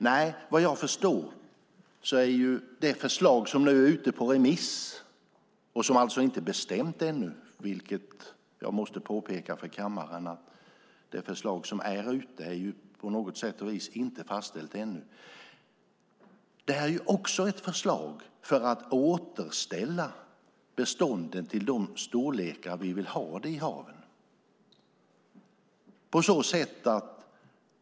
Nej, vad jag förstår är det förslag som är ute på remiss, och som jag måste påpeka för kammaren inte på något vis är fastställt ännu, också ett förslag för att återställa bestånden till de storlekar vi vill ha dem i haven.